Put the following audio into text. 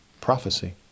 prophecy